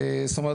זאת אומרת,